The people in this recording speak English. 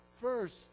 first